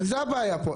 על זה הבעיה פה.